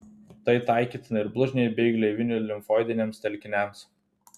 tai taikytina ir blužniai bei gleivinių limfoidiniams telkiniams